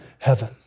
heaven